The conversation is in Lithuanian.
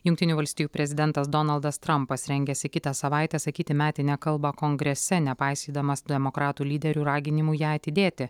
jungtinių valstijų prezidentas donaldas trampas rengiasi kitą savaitę sakyti metinę kalbą kongrese nepaisydamas demokratų lyderių raginimų ją atidėti